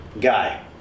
guy